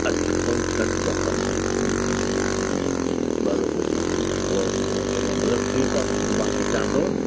अठ पॉईंट सठि टका ब बराबरि बराबरि ओके ओके मां भले ठीकु आहे मां सुभाणे अचां थो